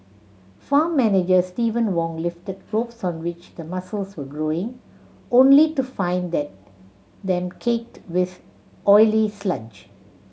farm manager Steven Wong lifted ropes on which the mussels were growing only to find them caked with oily sludge